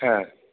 ह